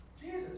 Jesus